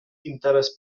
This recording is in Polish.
interes